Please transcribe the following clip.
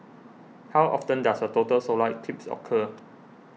how often does a total solar eclipse occur